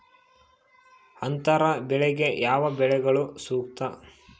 ಅಂತರ ಬೆಳೆಗೆ ಯಾವ ಬೆಳೆಗಳು ಸೂಕ್ತ?